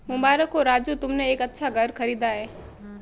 मुबारक हो राजू तुमने एक अच्छा घर खरीदा है